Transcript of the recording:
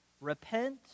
repent